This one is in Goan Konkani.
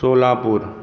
सोलापूर